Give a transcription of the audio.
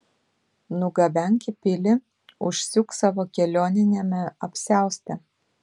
nugabenk į pilį užsiūk savo kelioniniame apsiauste